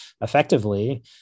effectively